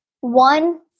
one